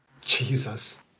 Jesus